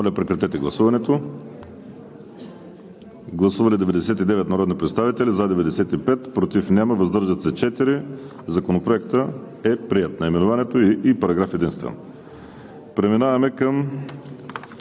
редакцията на Комисията. Гласували 99 народни представители: за 95, против няма, въздържали се 4. Законопроектът е приет – наименованието и параграф единствен. Преминаваме към